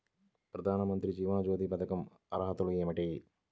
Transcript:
ప్రధాన మంత్రి జీవన జ్యోతి పథకంకు అర్హతలు ఏమిటి?